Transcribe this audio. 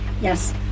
Yes